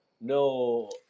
no